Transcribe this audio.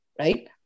right